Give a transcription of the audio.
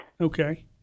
Okay